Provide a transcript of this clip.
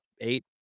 eight